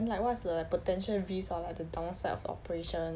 then like what's the potential risk or like the downside of the operation